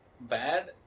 bad